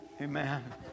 Amen